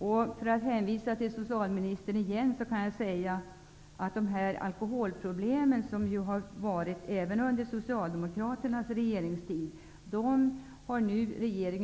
För att åter hänvisa till socialministern kan jag säga att regeringen nu har